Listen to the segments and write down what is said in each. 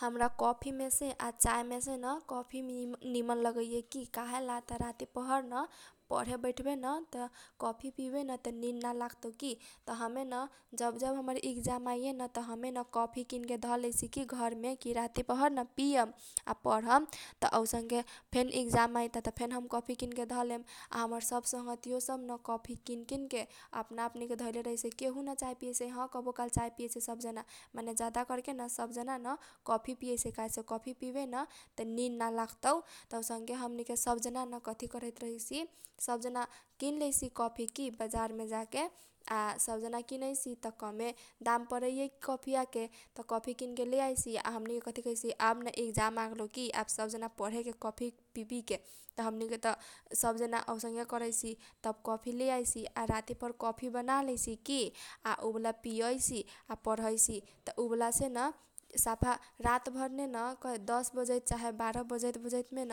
हमरा कोफी मेसे आ चाए मेसे न कोफी निमन लगैए की । त काहेला त राती पहर न पढे बैढबेन त कोफी पिबेन त निन ना लागतौ की । त हमेन जब जब हमर इकजाम आइएन त हमे न कोफी किनके धलैसी की घरमे की राती पहरन पियम आ पढम। त औसनके फेन इकजाम आइताते त हम कोफी किनके धलेम । आ हमर संगघतीयो सब न कोफी किन किन के अपना अपनीके धैले रहैसै। केहु न चाय पिअइसै ह कबो काल चार पिलैसै सब जना माने जादा करके न सब जना न‌ कोफी पिअइसै कहेसेन। कोफी पिबेन त निन ना लागतौ त ओइसन के हमनी के सब जना न‌ कथी करैत रहैसी। सब जना किन लैसी कोफी की बजार मे जाके। आ सब किनैसी त कमे दाम परैए कोफी याके। त कोफी किनके लेआइसी आ हमनी कथी कहैसी आब न इकजाम आगेलउ सब जना पढेके कोफी पिपिके त हमनी के त सब जना औसनके करैसी। तब कोफी लेआइसी आ राती पहर कोफी बना लेइसी की । आ उबाला पिअइसी आ पढैसी। त उ वाला से न सफा रात भर नेन दस बजो, चाहे बार बजैत बजैत मेन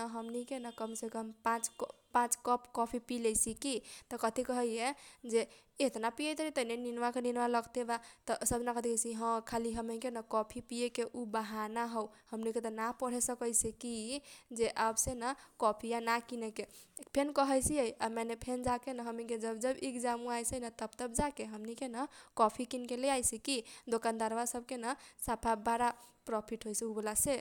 केन कमसे कम पाँच कप पिलैसी की । त कथी कहैसी जे ऐतना पिअइ तारी तैने निनबा के निनबा लगते बा । त सब जना कथी कहैसै त ह हमनी के न कफी पिएकेन बहानट हौ। हमनी के त ना पढे सकैसे की । जे आबसे न कोफीया ना किनेके फेन कहैसीयै माने फेन जाके न हमनी के जब जब इकजाम वा आइसैन तब तब जाके हमनी के न कोफी किनके लेआइसी कि । दोकनदारवा सब केन सफा बारा पोरफिट होइसै उ बाला से ।